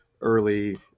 early